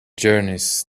journeys